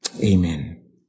Amen